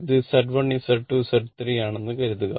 ഇത് Z1 Z2 Z3 ആണെന്ന് കരുതുക